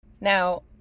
Now